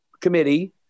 committee